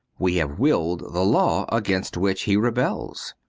we have willed the law against which he rebels.